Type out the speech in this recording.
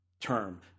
term